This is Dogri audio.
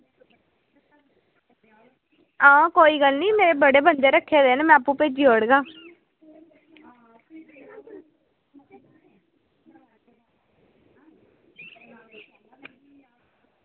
आं कोई गल्ल निं में बड़े बंदे रक्खे दे आपूं भेजी ओड़गा